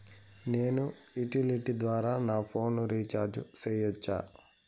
నేను యుటిలిటీ ద్వారా నా ఫోను రీచార్జి సేయొచ్చా?